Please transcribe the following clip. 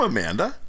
Amanda